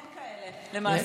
אין כאלה, למעשה.